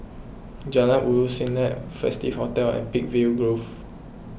Jalan Ulu Siglap Festive Hotel and Peakville Grove